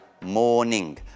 morning